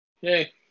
Yay